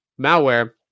malware